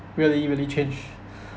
really really change